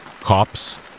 cops